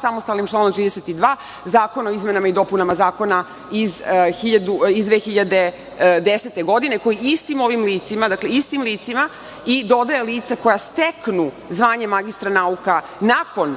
samostalnim članom 32. Zakona o izmenama i dopunama Zakona iz 2010. godine, koji istim ovim licima, i dodaje lica koja steknu zvanje magistra nauka, nakon